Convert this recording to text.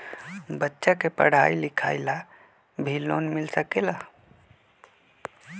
बच्चा के पढ़ाई लिखाई ला भी लोन मिल सकेला?